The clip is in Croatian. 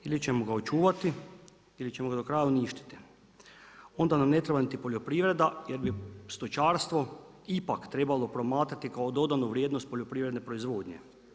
Ili ćemo ga očuvati ili ćemo ga do kraja uništiti, onda nam ne treba niti poljoprivreda jer bi stočarstvo ipak trebalo promatrati kao dodanu vrijednost poljoprivredne proizvodnje.